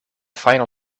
final